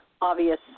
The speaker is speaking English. obvious